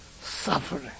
suffering